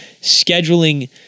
scheduling